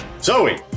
Zoe